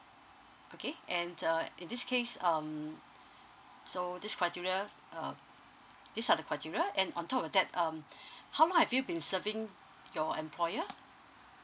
okay and uh in this case um so this criteria uh these are the criteria and on top of that um how long have you been serving your employer